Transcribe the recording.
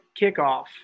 kickoff